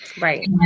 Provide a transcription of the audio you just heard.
Right